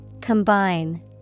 Combine